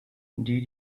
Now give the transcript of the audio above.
did